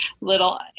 little